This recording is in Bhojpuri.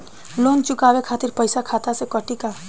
लोन चुकावे खातिर पईसा खाता से कटी का?